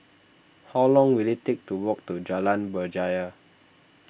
how long will it take to walk to Jalan Berjaya